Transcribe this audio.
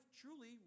truly